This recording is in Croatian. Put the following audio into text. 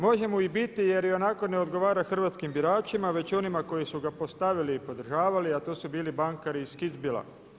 Možemo i biti jer ionako ne odgovara hrvatskim biračima već onima koji su ga postavili i podržavali a to su bili bankari iz Kitzbühela.